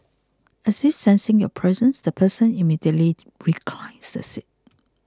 as if sensing your presence the person immediately reclines the seat